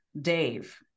Dave